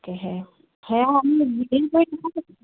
তাকেহে সেয়া আমি বুকিং কৰি